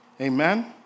amen